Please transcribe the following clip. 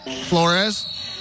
Flores